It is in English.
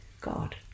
God